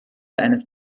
eines